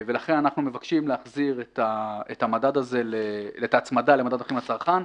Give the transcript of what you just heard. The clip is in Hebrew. ולכן אנחנו מבקשים את ההצמדה למדד המחירים לצרכן,